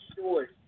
short